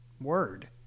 word